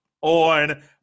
on